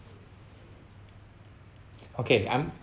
okay I'm